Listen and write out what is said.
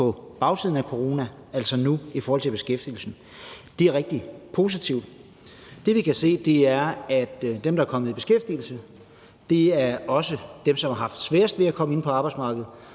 på bagkant af corona, altså nu, med beskæftigelsen. Det er rigtig positivt. Det, vi kan se, er, at dem, der er kommet i beskæftigelse, også er dem, der har haft sværest ved at komme ind på arbejdsmarkedet.